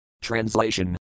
Translation